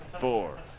four